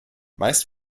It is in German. meist